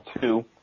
two